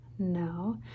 No